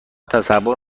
تصور